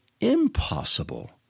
impossible